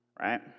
right